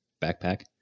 backpack